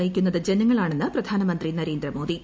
നയിക്കുന്നത് ജനങ്ങളാണെന്ന് പ്രധാനമന്ത്രി നരേന്ദ്രമോദി